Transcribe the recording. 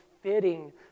fitting